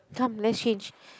come let's change